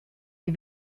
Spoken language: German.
wie